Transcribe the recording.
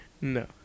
No